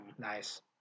nice